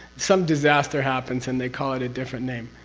some disaster happens and they call it a different name.